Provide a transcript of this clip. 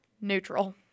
Neutral